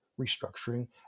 restructuring